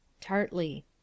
Tartly